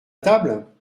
table